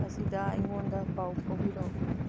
ꯑꯁꯤꯗ ꯑꯩꯉꯣꯟꯗ ꯄꯥꯎ ꯐꯥꯎꯕꯤꯔꯛꯎ